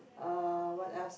uh what else